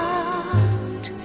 heart